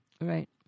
Right